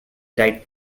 right